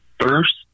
first